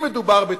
אם מדובר בתקציב,